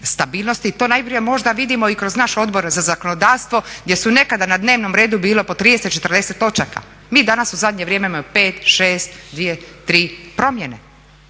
To najprije možda vidimo i kroz naš Odbor za zakonodavstvo gdje su nekada na dnevnom redu bilo po 30, 40 točaka. Mi danas u zadnje vrijeme imamo 5, 6, 2, 3 promjene.